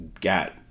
got